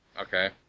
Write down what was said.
Okay